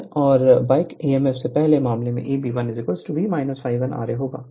Refer Slide Time 2212 torque एक स्थिर और बैक ईएमएफ है पहले मामले में Eb1 V ∅1ra होगा